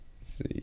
see